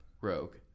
rogue